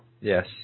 Yes